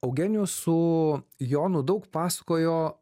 eugenijus su jonu daug pasakojo